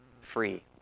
free